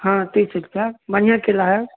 हँ तीस रुपआ बढ़िआँ केला हइ